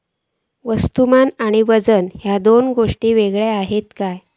वस्तुमान आणि वजन हे दोन गोष्टी वेगळे आसत काय?